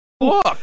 look